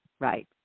right